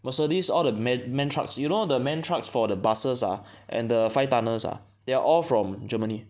Mercedes all the man MAN Trucks you know the MAN Trucks for the buses ah and the five tunnels ah they are all from Germany